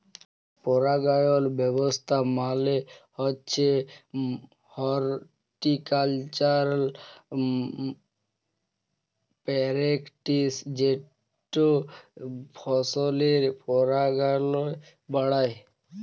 পারাগায়ল ব্যাবস্থা মালে হছে হরটিকালচারাল প্যারেকটিস যেট ফসলের পারাগায়ল বাড়ায়